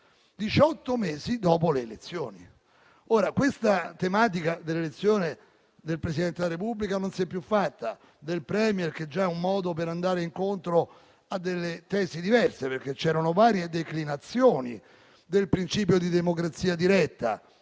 mesi dopo le elezioni. La tematica dell'elezione del Presidente della Repubblica non si è più fatta; quella del *Premier* è già un modo per andare incontro a delle tesi diverse, dal momento che c'erano varie declinazioni del principio di democrazia diretta.